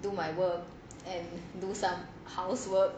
do my work and do some housework